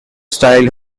style